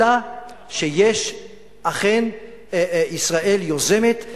אלא שישראל אכן יוזמת,